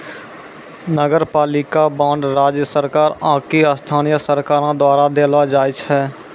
नगरपालिका बांड राज्य सरकार आकि स्थानीय सरकारो द्वारा देलो जाय छै